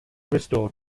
restored